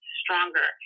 stronger